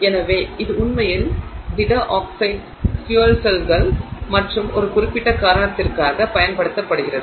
எனவே இது உண்மையில் திட ஆக்சைடு ஃபியூயல் செல்கள் மற்றும் ஒரு குறிப்பிட்ட காரணத்திற்காக பயன்படுத்தப்படுகிறது